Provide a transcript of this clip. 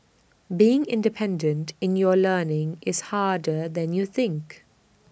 being independent in your learning is harder than you think